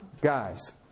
guys